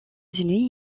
unis